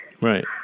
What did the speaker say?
Right